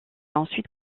ensuite